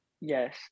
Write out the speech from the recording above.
Yes